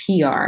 PR